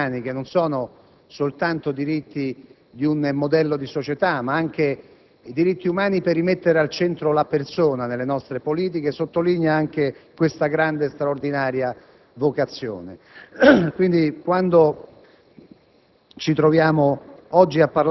nella difesa dei diritti umani, che non sono soltanto diritti di un modello di società, ma anche diritti per rimettere la persona al centro delle nostre politiche, e ciò sottolinea questa nostra grande e straordinaria vocazione. Quindi, quando